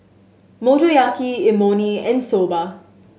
Motoyaki Imoni and Soba